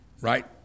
right